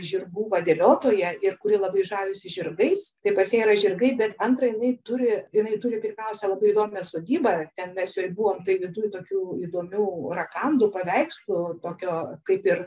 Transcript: žirgų vadeliotoja ir kuri labai žavisi žirgais tai pas ją yra žirgai bet antra jinai turi jinai turi pirmiausia labai įdomią sodybą ten mes ir buvom jinai turi tokių įdomių rakandų paveikslų tokio kaip ir